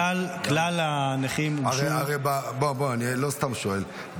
כלל הנכים --- אני לא סתם שואל,